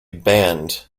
banned